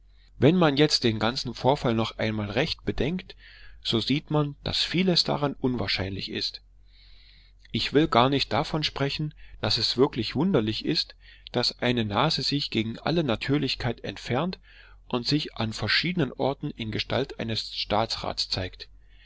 wenn man jetzt den ganzen vorfall noch einmal recht bedenkt so sieht man daß vieles daran unwahrscheinlich ist ich will gar nicht davon sprechen daß es wirklich wunderlich ist daß eine nase sich gegen alle natürlichkeit entfernt und sich an verschiedenen orten in gestalt eines staatsrates zeigt